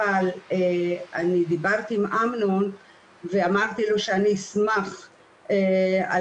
אבל אני דיברתי עם אמנון ואמרתי לו שאני אשמח על